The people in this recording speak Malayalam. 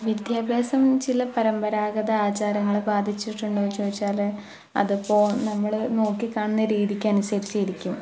വിദ്യാഭാസം ചില പരമ്പരാഗത ആചാരങ്ങളെ ബാധിച്ചിട്ടുണ്ടോ എന്നു ചോദിച്ചാൽ അതിപ്പോൾ നമ്മൾ നോക്കി കാണുന്ന രീതിക്ക് അനുസരിച്ചിരിക്കും